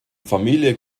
familie